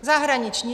Zahraniční!